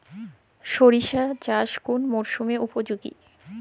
সরিষা চাষ কোন মরশুমে উপযোগী?